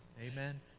Amen